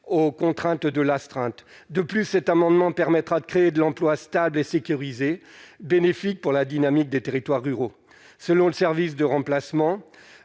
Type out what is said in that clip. aux contraintes de l'astreinte de plus cet amendement permettra de créer de l'emploi stable et sécurisée bénéfique pour la dynamique des territoires ruraux, selon le service de remplacement,